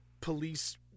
police